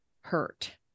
hurt